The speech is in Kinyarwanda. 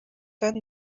kandi